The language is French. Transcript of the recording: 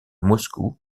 moscou